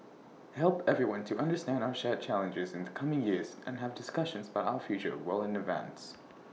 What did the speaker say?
help everyone to understand our shared challenges in the coming years and have discussions about our future well in advance